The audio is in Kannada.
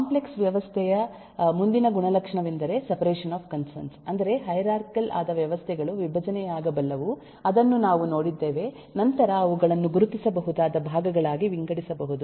ಕಾಂಪ್ಲೆಕ್ಸ್ ವ್ಯವಸ್ಥೆಯ ಮುಂದಿನ ಗುಣಲಕ್ಷಣವೆಂದರೆ ಸೆಪರೇಷನ್ ಆಫ್ ಕನ್ಸರ್ನ್ಸ್ ಅಂದರೆ ಹೈರಾರ್ಚಿಕಲ್ ಆದ ವ್ಯವಸ್ಥೆಗಳು ವಿಭಜನೆಯಾಗಬಲ್ಲವು ಅದನ್ನು ನಾವು ನೋಡಿದ್ದೇವೆ ನಂತರ ಅವುಗಳನ್ನು ಗುರುತಿಸಬಹುದಾದ ಭಾಗಗಳಾಗಿ ವಿಂಗಡಿಸಬಹುದು